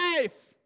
life